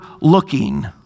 looking